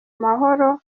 mahoro